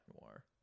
Noir